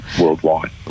worldwide